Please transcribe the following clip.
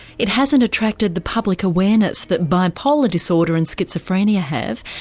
it hasn't attracted the public awareness that bipolar disorder and schizophrenia have,